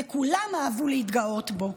וכולם אהבו להתגאות בו,